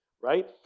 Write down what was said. right